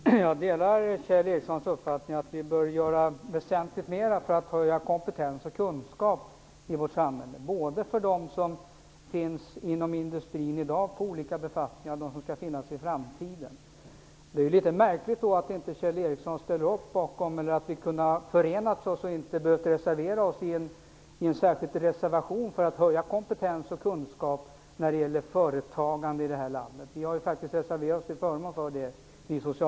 Herr talman! Jag delar Kjell Ericsson uppfattning att det bör göras väsentligt mer för att höja kompetensen och kunskapen i vårt samhälle, både för dem som finns inom industrin i dag i olika befattningar och för dem som skall finnas där i framtiden. Det är då litet märkligt att vi inte har kunnat förena oss, så att vi socialdemokrater inte hade behövt reservera oss vad gäller kompetenshöjning och kunskap för företagare i vårt land. Vi socialdemokrater har faktiskt reserverat oss till förmån för det.